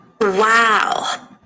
Wow